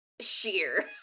sheer